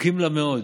זקוקים לה מאוד.